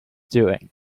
doing